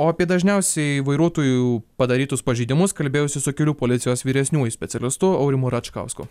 o apie dažniausiai vairuotojų padarytus pažeidimus kalbėjausi su kelių policijos vyresniųjų specialistu aurimu račkausku